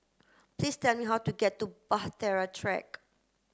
please tell me how to get to Bahtera Track